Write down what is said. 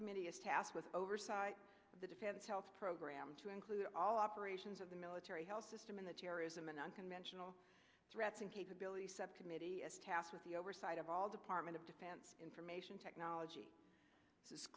subcommittee is tasked with oversight the defense health program to include all operations of the military health system in the terrorism and unconventional threats and capability septa miti as tasked with the oversight of all department of defense information technology is